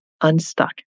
unstuck